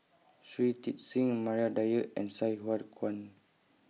Shui Tit Sing Maria Dyer and Sai Hua Kuan